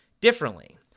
differently